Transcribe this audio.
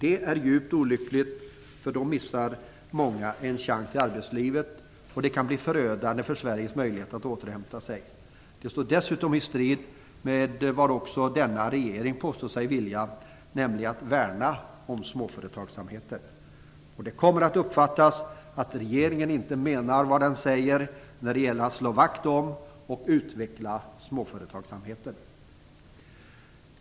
Det är djupt olyckligt, för då missar många en chans i arbetslivet, och det kan också bli förödande för Sveriges möjligheter att återhämta sig. Det står dessutom i strid med vad denna regering påstår sig vilja, nämligen att värna om småföretagsamheten. Det kommer att uppfattas som att regeringen inte menar vad den säger när det gäller att slå vakt om och utveckla småföretagsamheten.